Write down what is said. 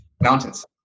Mountains